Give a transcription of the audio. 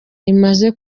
imaze